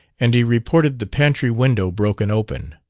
and he reported the pantry window broken open.